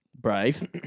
Brave